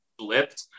blipped